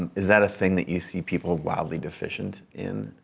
and is that a thing that you see people wildly deficient in?